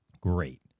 Great